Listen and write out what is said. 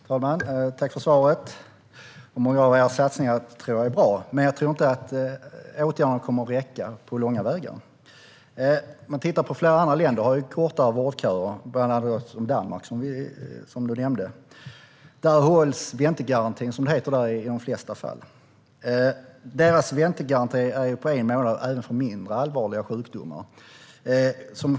Herr talman! Tack, statsrådet, för svaret! Många av era satsningar tror jag är bra, men jag tror inte att åtgärderna kommer att räcka på långa vägar. Flera andra länder har kortare vårdköer, bland annat Danmark, som du nämnde. Där hålls ventegarantien, som det heter där, i de flesta fall. Deras väntegaranti är på en månad även för mindre allvarliga sjukdomar.